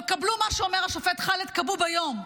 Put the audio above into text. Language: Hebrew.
אבל קבלו את מה שאומר השופט ח'אלד כבוב היום.